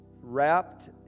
wrapped